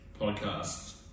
podcasts